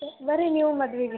ಬನ್ರಿ ನೀವು ಮದ್ವೆಗೆ